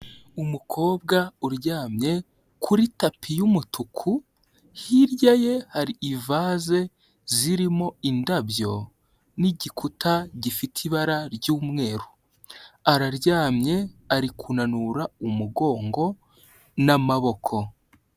Umukobwa uryamye kuri tapi y'umutuku, hirya ye hari ivase zirimo indabyo, n'igikuta gifite ibara ry'umweru, araryamye, ari kunanura umugongo n'amaboko.